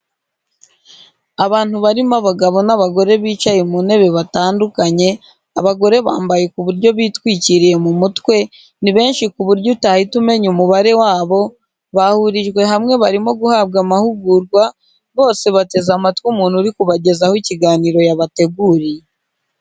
Abantu barimo abagabo n'abagore bicaye mu ntebe batandukanye, abagore bambaye ku buryo bitwikiriye mu mutwe, ni benshi ku buryo utahita umenya umubare wabo, bahurijwe hamwe barimo guhabwa amahugurwa, bose bateze amatwi umuntu uri kubagezaho ikiganiro yabateguriye.